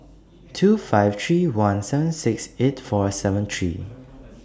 two five three one seven six eight four seven three